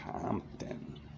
Compton